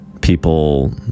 people